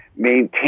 maintain